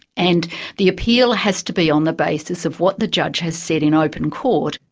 and the appeal has to be on the basis of what the judge has said in open court.